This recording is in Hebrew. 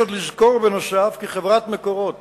יש לזכור בנוסף כי חברת "מקורות"